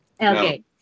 Okay